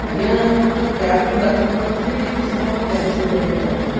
ଆଜ୍ଞା ମୁଁ ଯେଉଁ କ୍ୟାବ୍ଟି ବାତିଲ୍ କରିଥିଲି ସେଇଟା ମୁଁ କ୍ୟାନ୍ସଲ୍ କରିବାକୁ ଚାହୁଁଛି